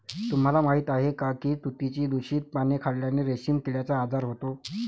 तुम्हाला माहीत आहे का की तुतीची दूषित पाने खाल्ल्याने रेशीम किड्याचा आजार होतो